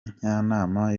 njyanama